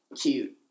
cute